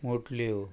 मुटल्यो